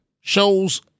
shows